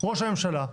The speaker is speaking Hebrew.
ראש הממשלה.